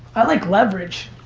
i like leverage.